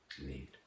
need